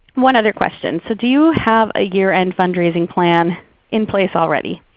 one other question, do you have a year-end fundraising plan in place already?